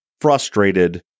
frustrated